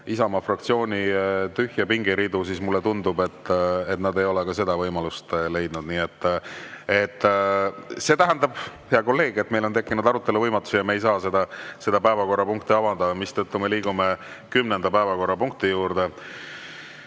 Isamaa fraktsiooni tühje pingiridu, siis mulle tundub, et nad ei ole seda võimalust leidnud. See tähendab, hea kolleeg, et meil on tekkinud arutelu võimatus ja seda päevakorrapunkti me avada ei saa. Me liigume 10. päevakorrapunkti juurde: